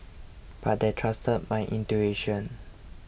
but they trusted my intuition